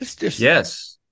Yes